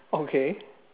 okay